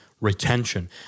retention